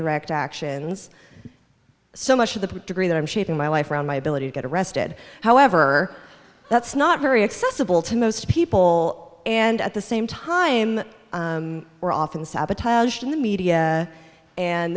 direct actions so much of the degree that i'm shaping my life around my ability to get arrested however that's not very accessible to most people and at the same time we're often sabotaged in the media and